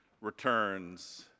returns